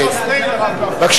ראש